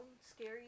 scary